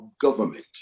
government